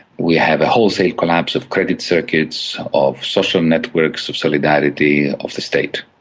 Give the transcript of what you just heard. we have a wholesale collapse of credit circuits, of social networks, of solidarity of the state,